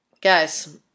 guys